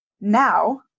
now